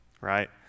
right